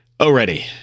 already